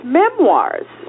memoirs